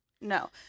No